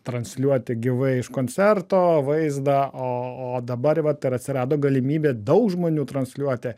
transliuoti gyvai iš koncerto vaizdą o o dabar vat ir atsirado galimybė daug žmonių transliuoti